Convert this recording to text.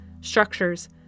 structures